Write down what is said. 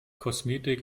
kosmetik